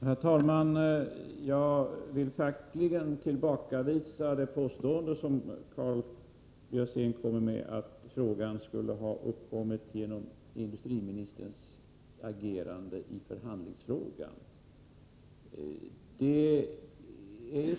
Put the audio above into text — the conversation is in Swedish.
Herr talman! Jag vill verkligen tillbakavisa det påstående som Karl Björzén kommer med, att läget skulle ha uppkommit genom industriministerns agerande i förhandlingsfrågan.